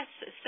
Yes